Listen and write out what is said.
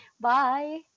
Bye